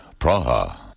Praha